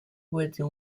within